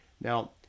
Now